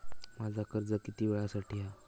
माझा कर्ज किती वेळासाठी हा?